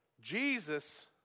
Jesus